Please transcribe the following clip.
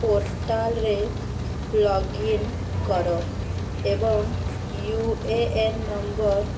ପୋର୍ଟାଲ୍ରେ log in କର ଏବଂ ୟୁ ଏ ଏନ୍ ନମ୍ବର